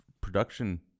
production